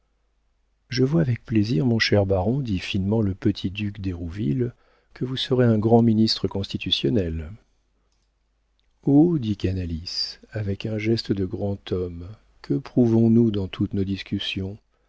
je vois avec plaisir mon cher baron dit finement le petit duc d'hérouville que vous serez un grand ministre constitutionnel oh dit canalis avec un geste de grand homme que prouvons nous dans toutes nos discussions